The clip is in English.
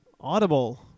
Audible